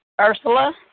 Ursula